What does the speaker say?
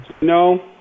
No